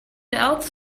elks